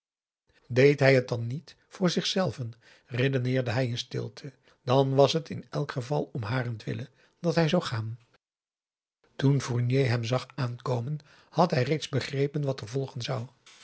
deed hij het dan niet voor zichzelven redeneerde hij in stilte dan was het in elk geval om harentwille dat hij zou gaan toen fournier hem zag aankomen had hij reeds begrepen wat er volgen zou